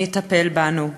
מי יטפל בנו?